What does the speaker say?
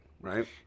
right